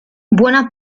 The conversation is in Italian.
buona